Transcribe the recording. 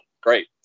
Great